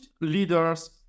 leaders